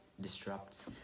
disrupts